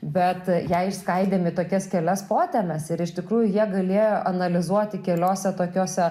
bet ją išskaidėm į tokias kelias potemes ir iš tikrųjų jie galėjo analizuoti keliose tokiose